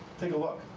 take a look.